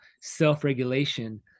self-regulation